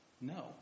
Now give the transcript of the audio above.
No